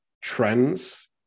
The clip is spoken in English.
trends